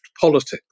politics